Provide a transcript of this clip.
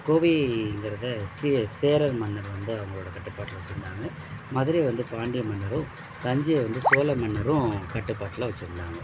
கோவைங்கிறதை சே சேரர் மன்னர் வந்து அவங்களோட கட்டுப்பாட்டில வச்சுருந்தாங்க மதுரையை வந்து பாண்டிய மன்னரும் தஞ்சையை வந்து சோழர் மன்னரும் கட்டுப்பாட்டில வச்சுருந்தாங்க